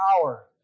power